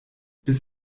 bis